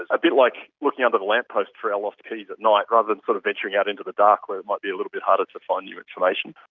a bit like looking under the lamppost for our lost keys at night rather than sort of venturing out into the dark where it might be a little bit harder to find new information.